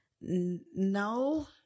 no